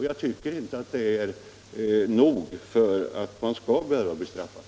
Jag tycker inte att det är nog för att de skall behöva bli straffade.